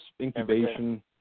incubation